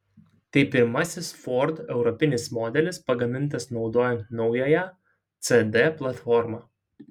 tai pirmasis ford europinis modelis pagamintas naudojant naująją cd platformą